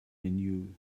menu